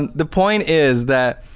and the point is that,